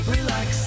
Relax